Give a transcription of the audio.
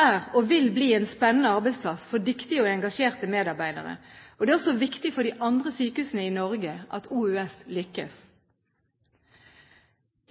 er og vil bli en spennende arbeidsplass for dyktige og engasjerte medarbeidere. Det er også viktig for de andre sykehusene i Norge at Oslo universitetssykehus lykkes.